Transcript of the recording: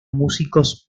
músicos